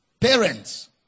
Parents